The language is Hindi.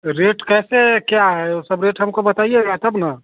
रेट कैसे क्या है ओ सब रेट हमको बताइएगा तब न